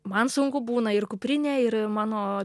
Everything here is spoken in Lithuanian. man sunku būna ir kuprinė ir mano